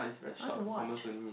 I want to watch